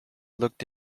looked